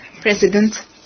President